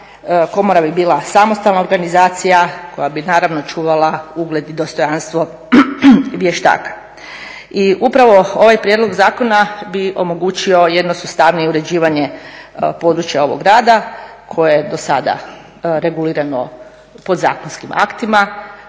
Komora bi bila samostalna organizacija koja bi naravno čuvala ugled i dostojanstvo vještaka. I upravo ovaj prijedlog zakona bi omogućio jedno sustavnije uređivanje područja ovog rada koje je do sada regulirano podzakonskim aktima.